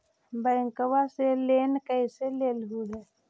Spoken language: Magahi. बैंकवा से लेन कैसे लेलहू हे?